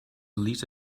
lit